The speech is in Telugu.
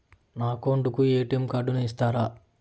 నా అకౌంట్ కు ఎ.టి.ఎం కార్డును ఇస్తారా